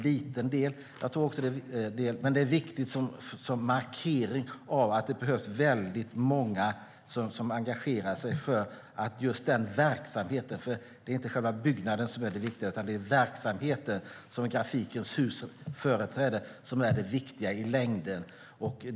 Detta är naturligtvis en liten del, men det är viktigt som markering av att det behövs väldigt många som engagerar sig för att just den verksamheten ska få fortsätta. Det är ju inte byggnaden utan den verksamhet som Grafikens Hus företräder som är det viktiga i längden.